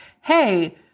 hey